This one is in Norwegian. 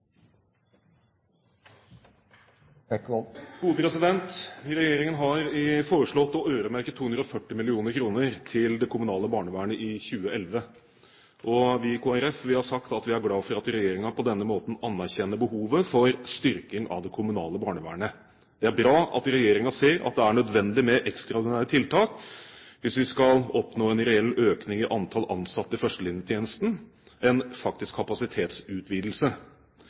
Regjeringen har foreslått å øremerke 240 mill. kr til det kommunale barnevernet i 2011. Vi i Kristelig Folkeparti har sagt vi er glad for at regjeringen på denne måten anerkjenner behovet for styrking av det kommunale barnevernet. Det er bra at regjeringen ser at det er nødvendig med ekstraordinære tiltak hvis vi skal oppnå en reell økning i antall ansatte i førstelinjetjenesten – en faktisk kapasitetsutvidelse.